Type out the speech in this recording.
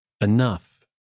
Enough